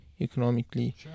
economically